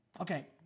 okay